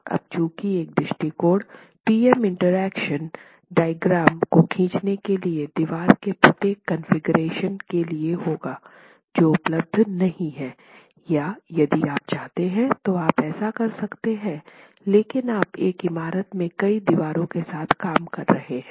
और चूंकि एक दृष्टिकोण पी एम इंटरैक्शन डायग्राम को खींचने के लिए दीवार के प्रत्येक कॉन्फ़िगरेशन के लिए होगा जो उपलब्ध नहीं है या यदि आप चाहते हैं तो आप ऐसा कर सकते है लेकिन आप एक इमारत में कई दीवारों के साथ काम कर रहे हैं